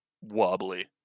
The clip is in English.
wobbly